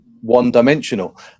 one-dimensional